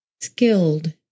skilled